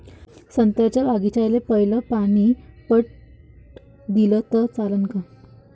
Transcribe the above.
संत्र्याच्या बागीचाले पयलं पानी पट दिलं त चालन का?